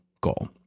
goal